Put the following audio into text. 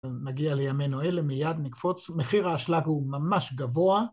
נגיע לימינו אלה, מיד נקפוץ, מחיר האשלג הוא ממש גבוה.